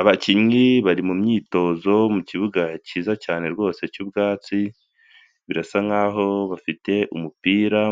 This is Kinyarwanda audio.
Abakinnyi bari mu myitozo mu kibuga cyiza cyane rwose cy'ubwatsi, birasa nkaho bafite umupira,